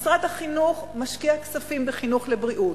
משרד החינוך משקיע כספים בחינוך לבריאות.